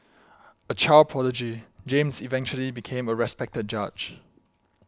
a child prodigy James eventually became a respected judge